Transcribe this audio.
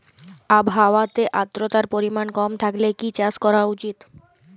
আবহাওয়াতে আদ্রতার পরিমাণ কম থাকলে কি চাষ করা উচিৎ?